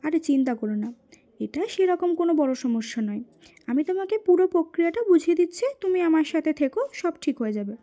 আরে চিন্তা করো না এটা সেরকম কোনো বড় সমস্যা নয় আমি তোমাকে পুরো প্রক্রিয়াটা বুঝিয়ে দিচ্ছি তুমি আমার সাথে থেকো সব ঠিক হয়ে যাবে